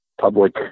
public